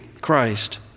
Christ